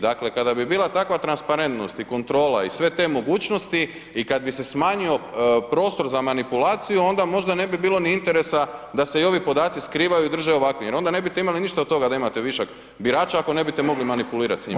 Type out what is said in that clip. Dakle, kada bi bila takva transparentnost i kontrola i sve te mogućnosti i kad bi se smanjio prostor za manipulaciju onda možda ne mi bilo ni interesa da se i ovi podaci skrivaju i drže ovakvim jer onda ne bite imali ništa od toga da imate višak birača ako ne bite mogli manipulirati s njima.